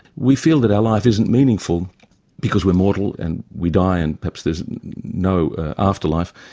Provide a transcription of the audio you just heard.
we feel that our life isn't meaningful because we're mortal and we die and perhaps there's no afterlife,